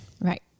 Right